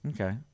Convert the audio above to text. Okay